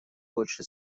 больше